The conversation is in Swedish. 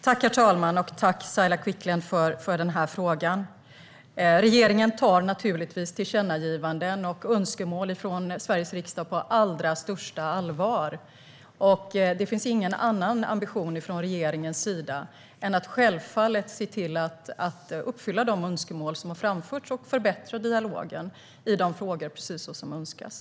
Herr talman! Jag tackar Saila Quicklund för frågan. Regeringen tar naturligtvis tillkännagivanden och önskemål från Sveriges riksdag på allra största allvar. Det finns ingen annan ambition från regeringens sida än att självfallet se till att uppfylla de önskemål som har framförts och förbättra dialogen i de frågorna, precis så som önskas.